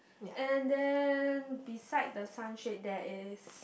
and then beside the sunshade there is